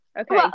Okay